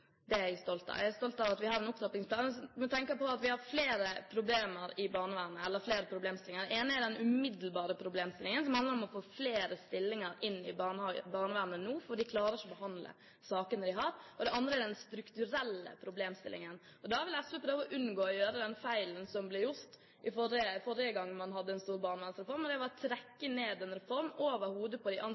Det er jeg stolt av. Jeg er stolt av at vi har en opptrappingsplan. Man må tenke på at vi har flere problemstillinger i barnevernet. Den ene er den umiddelbare problemstillingen som handler om å få flere stillinger inn i barnevernet nå, for de klarer ikke å behandle de sakene de har. Og det andre er den strukturelle problemstillingen. Da vil SV prøve å unngå å gjøre den feilen som ble gjort forrige gang man hadde en stor barnevernsreform, og det var å trekke ned en reform over hodet på de